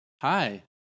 Hi